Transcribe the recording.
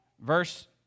verse